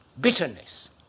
bitterness